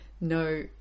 no